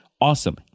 awesome